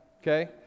okay